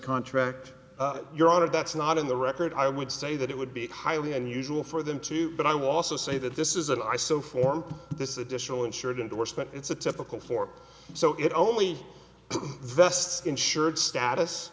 contract you're out of that's not in the record i would say that it would be highly unusual for them to but i was so say that this is an i so form this additional insured indorsement it's a typical four so it only vest insured status